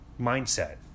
mindset